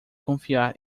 confiar